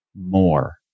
more